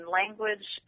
language